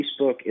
Facebook